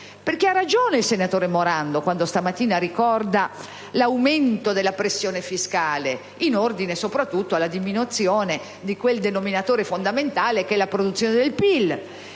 fiscale. Ha ragione il senatore Morando, quando stamattina ha ricordato l'aumento della pressione fiscale, in ordine soprattutto alla diminuzione di quel denominatore fondamentale che è la produzione del PIL.